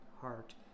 heart